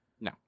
No